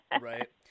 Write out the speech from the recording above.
Right